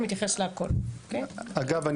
אגב,